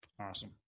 Awesome